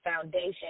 foundation